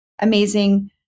amazing